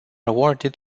awarded